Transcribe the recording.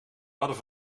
hadden